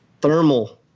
thermal